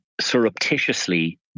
surreptitiously